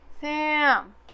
Sam